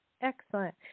Excellent